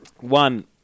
One